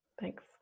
thanks